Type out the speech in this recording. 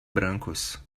brancos